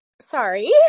Sorry